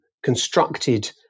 constructed